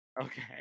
Okay